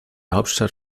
hauptstadt